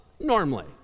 normally